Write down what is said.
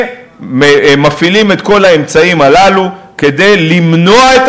ומפעילים את כל האמצעים הללו כדי למנוע את